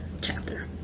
chapter